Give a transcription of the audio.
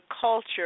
culture